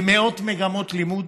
במאות מגמות לימוד,